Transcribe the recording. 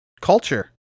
culture